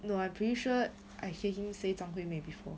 no I'm pretty sure I heard him say 张惠妹 before